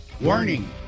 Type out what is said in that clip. Warning